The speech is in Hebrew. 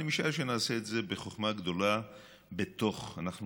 אני משער שנעשה את זה בחוכמה גדולה בתוך הוועדות,